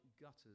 gutters